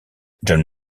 john